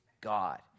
God